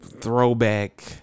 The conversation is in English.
throwback